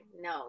No